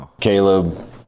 Caleb